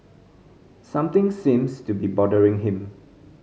something seems to be bothering him